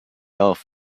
off